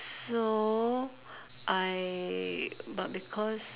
so I but because